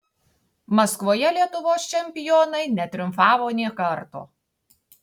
maskvoje lietuvos čempionai netriumfavo nė karto